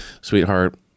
sweetheart